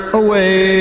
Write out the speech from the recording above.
away